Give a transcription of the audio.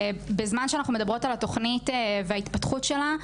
בזמן שאנחנו מדברות על התוכנית וההתפתחות שלה,